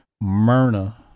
Myrna